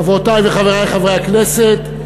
חברותי וחברי חברי הכנסת,